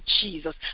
jesus